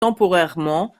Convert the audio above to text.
temporairement